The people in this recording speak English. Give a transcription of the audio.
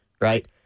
right